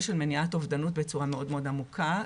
של מניעת אובדנות בצורה מאוד עמוקה,